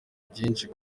byinshi